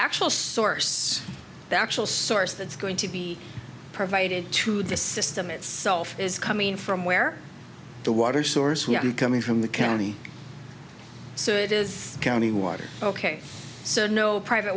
actual source the actual source that's going to be provided to the system itself is coming from where the water source coming from the county so it is county water ok so no private